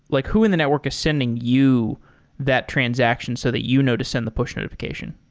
like who in the network is sending you that transaction so that you notice them the push notification?